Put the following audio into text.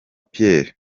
pierre